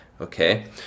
okay